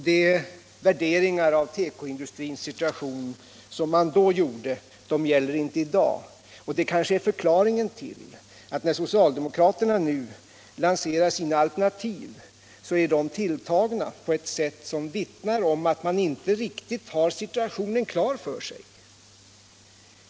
De värderingar av tekoindustrins situation som man då gjorde gäller inte i dag. Det är kanske förklaringen till att de alternativ som socialdemokraterna nu lanserar är tilltagna på ett sätt som vittnar om att man inte riktigt har situationen klar för sig.